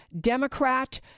Democrat